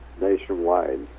nationwide